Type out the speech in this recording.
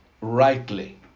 rightly